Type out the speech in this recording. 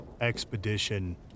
expedition